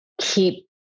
keep